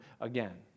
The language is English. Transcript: again